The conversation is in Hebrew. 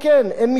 אין משפט,